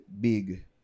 big